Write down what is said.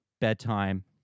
bedtime